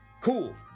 cool